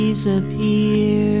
Disappear